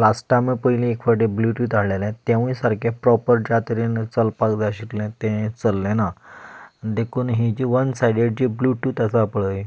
last time पयलें एक फावटीं ब्लूतूत हाडिल्लें तेंवूय सारकें प्रोपर ज्या तरेन चलपाक जाय आशिल्लें तें चल्लें ना देखून ही जी वन सायडेड जी ब्लुतूत आसा पळय